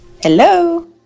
Hello